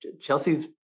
Chelsea's